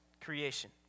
creation